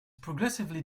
progressively